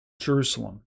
Jerusalem